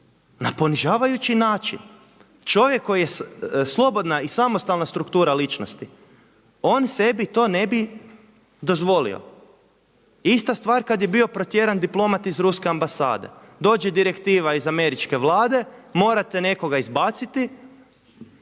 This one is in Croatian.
na ponižavajući način. Čovjek koji je slobodna i samostalna struktura ličnosti on sebi to ne bi dozvolio. Ista stvar kada je bio protjeran diplomat iz Ruske ambasade, dođe direktiva iz Američke vlade, morate nekoga izbaciti